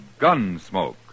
Gunsmoke